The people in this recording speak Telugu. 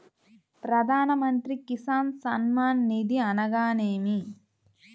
ప్రధాన మంత్రి కిసాన్ సన్మాన్ నిధి అనగా ఏమి?